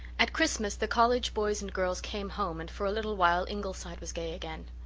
at christmas the college boys and girls came home and for a little while ingleside was gay again.